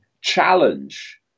challenge